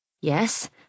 yes